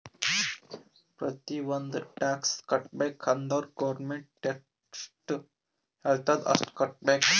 ಪ್ರತಿ ಒಂದ್ ಟ್ಯಾಕ್ಸ್ ಕಟ್ಟಬೇಕ್ ಅಂದುರ್ ಗೌರ್ಮೆಂಟ್ ಎಷ್ಟ ಹೆಳ್ತುದ್ ಅಷ್ಟು ಕಟ್ಟಬೇಕ್